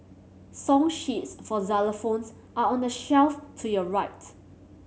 song sheets for xylophones are on the shelf to your right